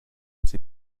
sie